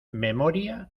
memoria